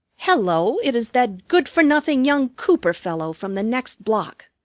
hello! it is that good-for-nothing young cooper fellow from the next block.